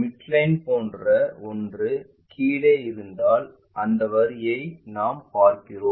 midline போன்ற ஒன்று கீழே இருந்தால் அந்த வரிசையை நாம் பார்ப்போம்